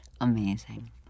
Amazing